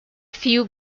few